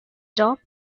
top